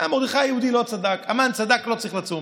מרדכי היהודי לא צדק, המן צדק, לא צריך לצום.